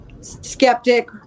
skeptic